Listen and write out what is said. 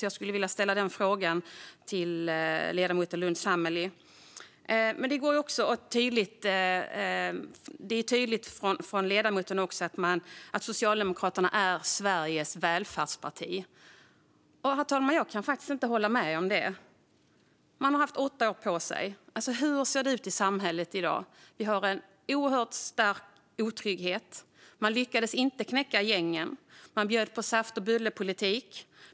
Jag skulle vilja ställa frågan om varför man gör det till ledamoten Lundh Sammeli. Det är tydligt från ledamoten att Socialdemokraterna är Sveriges välfärdsparti. Jag kan faktiskt inte hålla med om det, herr talman. Man har haft åtta år på sig. Hur ser det ut i samhället i dag? Vi har en oerhört stark otrygghet. Man lyckades inte knäcka gängen. Man bjöd på saft-och-bulle-politik.